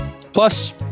Plus